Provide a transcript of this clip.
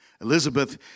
Elizabeth